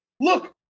look